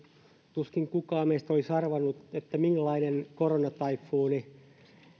tuskin kukaan meistä olisi arvannut millainen koronataifuuni